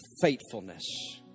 faithfulness